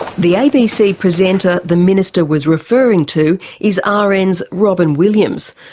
the abc presenter the minister was referring to is ah rn's robyn williams,